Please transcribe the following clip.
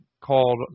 called